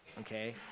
okay